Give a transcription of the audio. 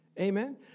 Amen